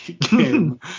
game